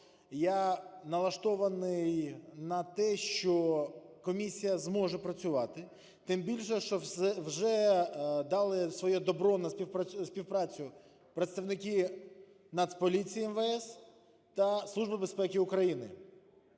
я налаштований на те, що комісія зможе працювати, тим більше, що вже дали своє добро на співпрацю представники Нацполіції МВС та Служби безпеки України,